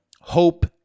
hope